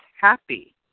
happy